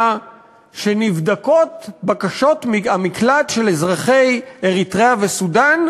שנבדקות בקשות המקלט של אזרחי אריתריאה וסודאן,